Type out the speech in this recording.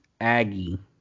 Aggie